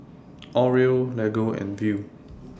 Oreo Lego and Viu